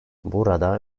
burada